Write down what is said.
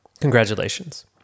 congratulations